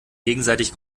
gegenseitig